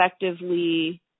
effectively